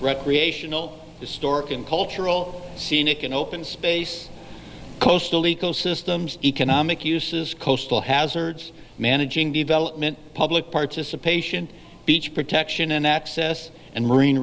recreational historic and cultural scenic and open space coastal ecosystems economic uses coastal hazards managing development public participation beach protection and access and marine